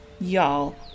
Y'all